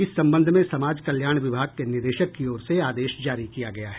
इस संबंध में समाज कल्याण विभाग के निदेशक की ओर से आदेश जारी किया गया है